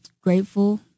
Grateful